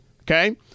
Okay